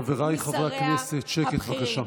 חבריי חברי הכנסת, שקט, בבקשה.